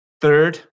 third